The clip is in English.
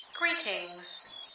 Greetings